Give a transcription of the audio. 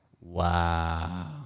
Wow